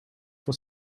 for